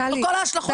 וכל ההשלכות,